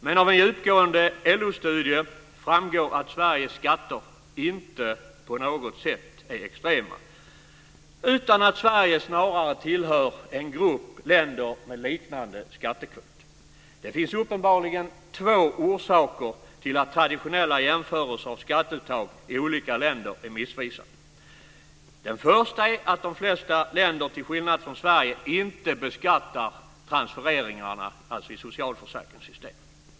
Men av en djupgående LO-studie framgår att Sveriges skatter inte på något sätt är extrema utan att Sverige snarare tillhör en grupp länder med liknande skattekvot. Det finns uppenbarligen två orsaker till att traditionella jämförelser av skatteuttag i olika länder är missvisande. Den första är att de flesta länder, till skillnad från Sverige, inte beskattar transfereringarna i socialförsäkringssystemen.